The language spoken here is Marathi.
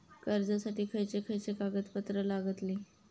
कर्जासाठी खयचे खयचे कागदपत्रा लागतली?